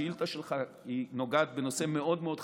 השאילתה שלך נוגעת בנושא מאוד מאוד חשוב,